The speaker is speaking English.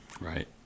Right